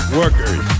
workers